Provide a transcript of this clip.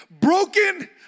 broken